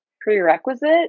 prerequisite